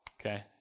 okay